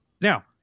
Now